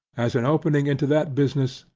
as an opening into that business,